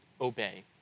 obey